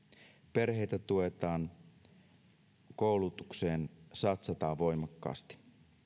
perheitä tuetaan koulutukseen satsataan voimakkaasti